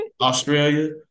Australia